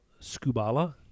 Scubala